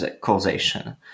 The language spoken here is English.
causation